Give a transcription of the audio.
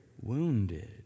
wounded